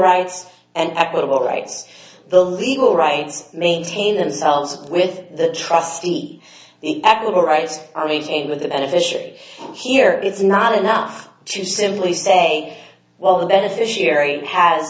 rights and equitable rights the legal rights maintain themselves with the trustee act of all rights are meeting with the beneficiary here it's not enough to simply say well the beneficiary ha